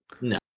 No